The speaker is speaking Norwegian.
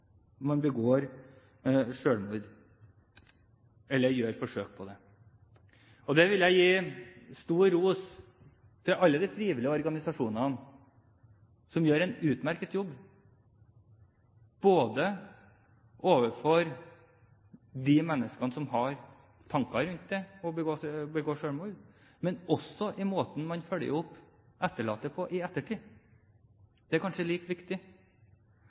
man begår selvmord eller gjør forsøk på det. Her vil jeg gi stor ros til alle de frivillige organisasjonene som gjør en utmerket jobb overfor de menneskene som har tanker om å begå selvmord, og også i måten man følger opp etterlatte på i ettertid. Det er kanskje like viktig.